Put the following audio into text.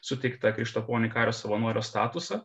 suteiktą krištaponiui kario savanorio statusą